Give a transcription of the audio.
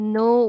no